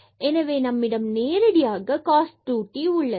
எனவே நம்மிடம் நேரடியாக cos 2t உள்ளது